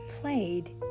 played